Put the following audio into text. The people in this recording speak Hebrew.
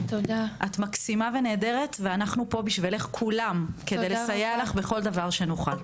את מקסימה ונהדרת ואנחנו פה בשבילך כולם כדי לסייע לך בכל דבר שנוכל.